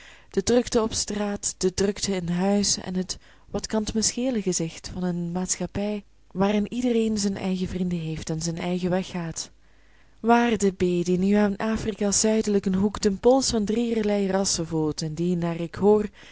de drukte op straat de drukte in huis en het wat kan t me schelen gezicht van eene maatschappij waarin iedereen zijn eigen vrienden heeft en zijn eigen weg gaat waarde b die nu aan afrika's zuidelijken hoek den pols van drieërlei rassen voelt en die naar ik hoor